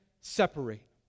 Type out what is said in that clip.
separate